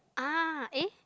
ah eh